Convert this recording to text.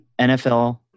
NFL